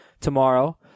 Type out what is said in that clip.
tomorrow